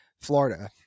Florida